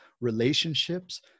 relationships